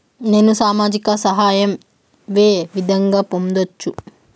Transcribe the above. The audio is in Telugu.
నేను సామాజిక సహాయం వే విధంగా పొందొచ్చు?